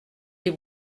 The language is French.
les